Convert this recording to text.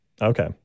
Okay